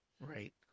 Right